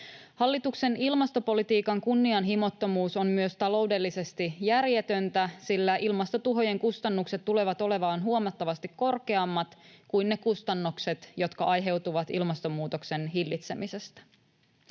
Hallituksen ilmastopolitiikan kunnianhimottomuus on myös taloudellisesti järjetöntä, sillä ilmastotuhojen kustannukset tulevat olemaan huomattavasti korkeammat kuin ne kustannukset, jotka aiheutuvat ilmastonmuutoksen hillitsemisestä.